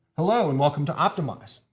hello, and welcome to optimize,